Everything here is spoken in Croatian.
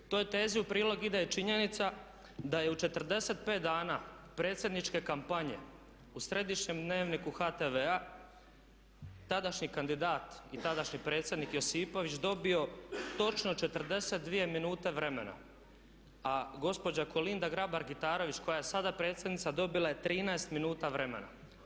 Toj tezi u prilog ide i činjenica da je u 45 dana predsjedničke kampanje u središnjem Dnevniku HTV-a tadašnji kandidat i tadašnji predsjednik Josipović dobio točno 42 minute vremena a gospođa Kolinda Grabar-Kitarović koja je sada predsjednica dobila je 13 minuta vremena.